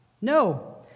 No